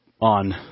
on